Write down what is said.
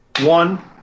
one